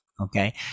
Okay